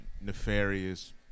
nefarious